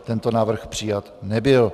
Tento návrh přijat nebyl.